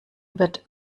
wird